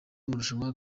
marushanwa